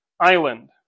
island